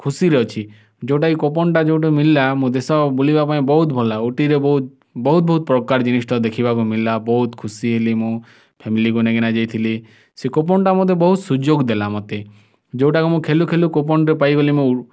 ଖୁସିରେ ଅଛି ଯେଉଁଟା କି କୁପନ୍ଟା ଯେଉଁଟା ମିଲଲା ମୁଁ ଦେଶ ବୁଲିବା ପାଇଁ ବହୁତ ଭଲ ଲାଗ ଉଟିରେ ବହୁତ ବହୁତ ପ୍ରକାର ଜିନିଷଟା ଦେଖିବାକୁ ମିଲିଲା ବହୁତ ଖୁସି ହେଲି ମୁଁ ଫ୍ୟାମିଲିକୁ ନେଇକିନା ଯାଇଥିଲି ସେ କୁପନ୍ଟା ମୋତେ ବହୁତ ସୁଯୋଗ ଦେଲା ମୋତେ ଯେଉଁଟାକୁ ମୁଁ ଖେଳୁ ଖେଳୁ କୁପନ୍ଟେ ପାଇଗଲି ମୁଁ